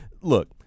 look